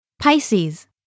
Pisces